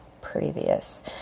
previous